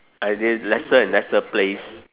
are they lesser and lesser place